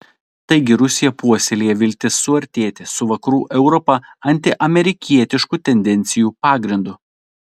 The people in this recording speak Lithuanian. taigi rusija puoselėja viltis suartėti su vakarų europa antiamerikietiškų tendencijų pagrindu